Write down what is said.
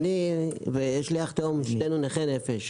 אני ואחי התאום נכי נפש.